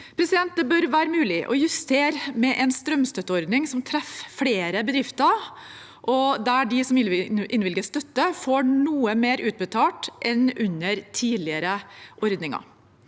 Det bør være mulig å justere med en strømstøtteordning som treffer flere bedrifter, og der de som innvilges støtte, får noe mer utbetalt enn under tidligere ordninger.